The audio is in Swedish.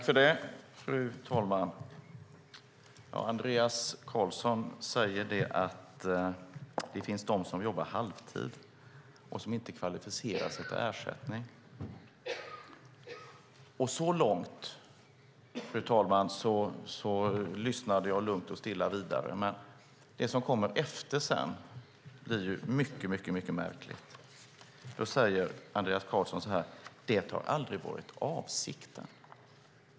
Fru talman! Andreas Carlson sade att det finns de som jobbar halvtid och som inte kvalificerar sig för ersättning. Så långt, fru talman, lyssnade jag lugnt och stilla vidare. Men det som kom därefter blev mycket märkligt. Då sade Andreas Carlson så här: Det har aldrig varit avsikten.